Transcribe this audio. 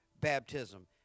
baptism